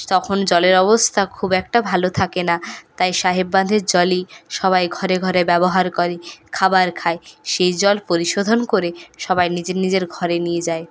তখন জলের অবস্থা খুব একটা ভালো থাকে না তাই সাহেব বাঁধের জলই সবাই ঘরে ঘরে ব্যবহার করে খাবার খায় সেই জল পরিশোধন করে সবাই নিজের নিজের ঘরে নিয়ে যায়